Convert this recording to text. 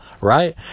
right